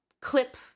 clip